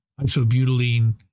isobutylene